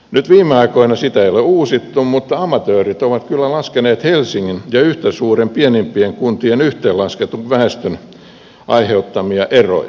nyt viime aikoina sitä ei ole uusittu mutta amatöörit ovat kyllä laskeneet helsingin ja pienimpien kuntien yhtä suuren yhteenlasketun väestön aiheuttamia eroja